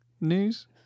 news